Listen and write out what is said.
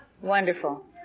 wonderful